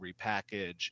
repackage